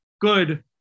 good